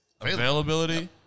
availability